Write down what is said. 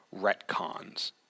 retcons